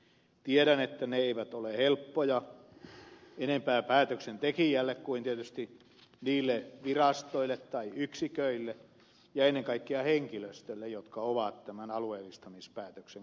tiedän että ne eivät ole helppoja enempää päätöksentekijälle kuin tietysti niille virastoille tai yksiköille ja ennen kaikkea henkilöstölle jotka ovat tämän alueellistamispäätöksen kohteina